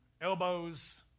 elbows